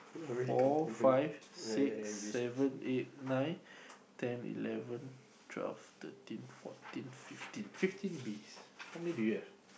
four five six seven eight nine ten eleven twelve thirteen fourteen fifteen fifteen beast how many do you have